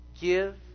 give